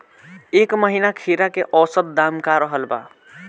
एह महीना खीरा के औसत दाम का रहल बा?